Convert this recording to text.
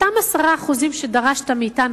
אותם 10% שדרשת מאתנו,